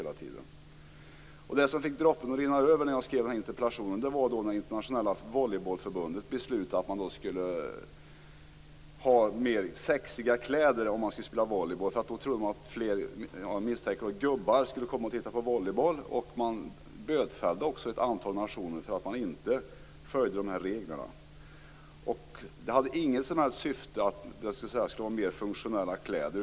Det som fick droppen att rinna över, i samband med att jag skrev den här interpellationen, var att Internationella Volleybollförbundet beslutade att volleybollspelarna skulle ha sexigare kläder. Då trodde man att fler gubbar, misstänker jag, skulle komma och titta på volleyboll. Man bötfällde också ett antal nationer för att de inte följde dessa regler. Syftet var inte alls att det skulle vara mer funktionella kläder.